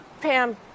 Pam